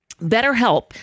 BetterHelp